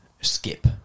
skip